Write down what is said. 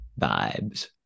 vibes